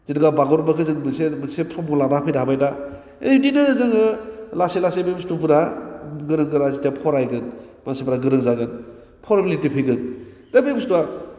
जेनेबा बागुरुम्बाखौ जोङो मोनसे मोनसे फर्मआव लानानै फैनो हाबाय दा ओइदिनो जोङो लासै लासै बे बुसथुफोरा गोरों गोरा जेथिया फरायगोन मानसिफ्रा गोरों जागोन फर्मेलिटि फैगोन दा बे बुसथुवा